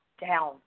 down